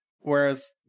whereas